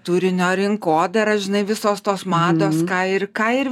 turinio rinkodara žinai visos tos mados ką ir ką ir